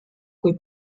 kui